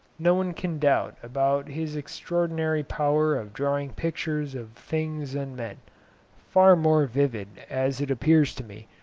no one can doubt about his extraordinary power of drawing pictures of things and men far more vivid, as it appears to me,